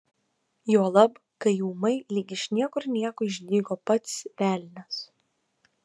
juolab kai ūmai lyg iš niekur nieko išdygo pats velnias